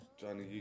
Johnny